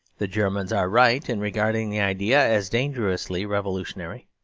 the germans are right in regarding the idea as dangerously revolutionary.